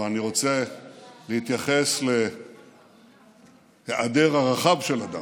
אבל אני רוצה להתייחס להיעדר ערכיו של אדם,